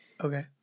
Okay